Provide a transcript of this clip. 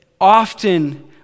often